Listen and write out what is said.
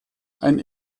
ein